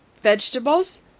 vegetables